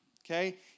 okay